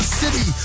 city